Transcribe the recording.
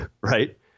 Right